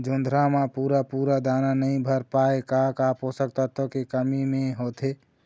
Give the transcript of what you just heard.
जोंधरा म पूरा पूरा दाना नई भर पाए का का पोषक तत्व के कमी मे होथे?